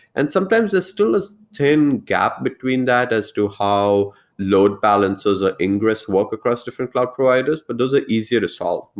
and sometimes there still is ten gap between data as to how load balancers are ingress work across different cloud providers, but those are easier to solve.